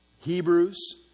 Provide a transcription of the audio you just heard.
Hebrews